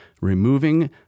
Removing